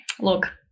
look